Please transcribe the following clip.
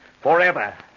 forever